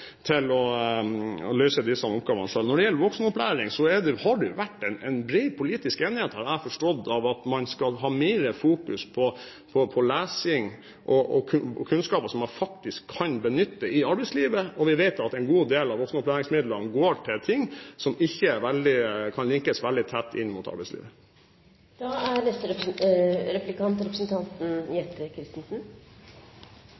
stand til å løse disse oppgavene selv. Når det gjelder voksenopplæring, har det vært bred politisk enighet, slik jeg har forstått det, om at man skal fokusere mer på lesing og kunnskaper som man kan benytte i arbeidslivet. Vi vet at en god del av voksenopplæringsmidlene går til ting som ikke kan linkes veldig tett inn mot arbeidslivet. Noe av det beste med budsjettet innenfor denne sektoren er